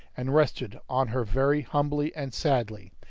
and rested on her very humbly and sadly,